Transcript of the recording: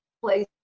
place